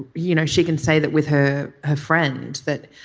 you know she can say that with her her friend that